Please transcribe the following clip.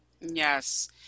Yes